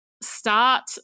start